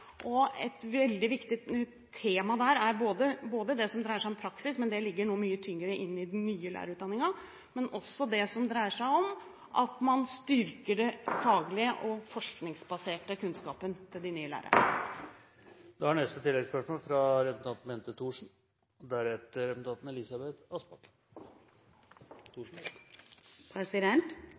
Et veldig viktig tema er både det som dreier seg om praksis – det ligger mye tyngre i den nye lærerutdanningen – men også det som dreier seg om at man styrker det faglige og den forskningsbaserte kunnskapen til de nye lærerne. Bente Thorsen – til oppfølgingsspørsmål. Tilstrekkelig med og godt kvalifiserte lærere er